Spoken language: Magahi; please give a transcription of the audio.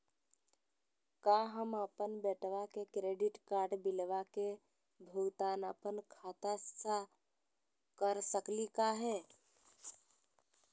का हम अपन बेटवा के क्रेडिट कार्ड बिल के भुगतान अपन खाता स कर सकली का हे?